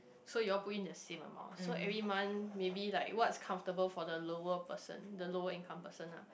so you all put in the same amount so every month maybe like what's comfortable for the lower person the lower income person ah